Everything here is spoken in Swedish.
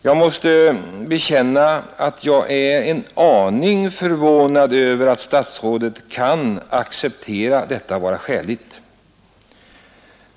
Jag måste bekänna, att jag är en aning förvånad över att statsrådet kan acceptera detta pris såsom skäligt.